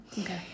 okay